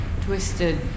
twisted